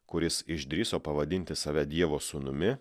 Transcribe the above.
kuris išdrįso pavadinti save dievo sūnumi